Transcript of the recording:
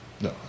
No